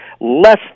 less